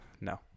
no